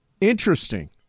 Interesting